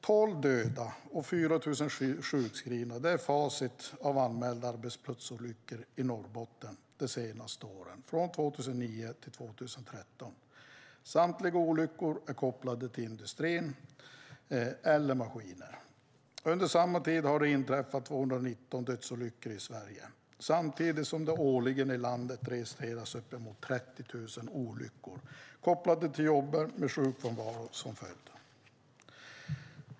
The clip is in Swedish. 12 döda och 4 000 sjukskrivna - det är facit för anmälda arbetsplatsolyckor i Norrbotten de senaste åren, från 2009 till 2013. Samtliga olyckor är kopplade till industrin eller till maskiner. Under samma tid inträffade 219 dödsolyckor i Sverige, samtidigt som det årligen i landet registreras upp emot 30 000 olyckor kopplade till jobbet med sjukfrånvaro som följd.